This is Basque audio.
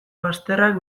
bazterrak